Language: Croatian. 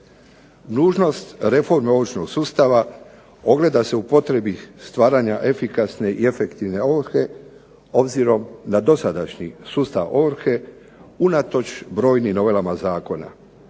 Nužnost reforme ovršnog sustava ogleda se u potrebi stvaranja efikasne i efektivne ovrhe obzirom na dosadašnji sustav ovrhe unatoč brojnim novelama zakona.